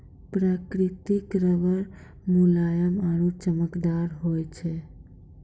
प्रकृतिक रबर मुलायम आरु चमकदार होय छै